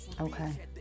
Okay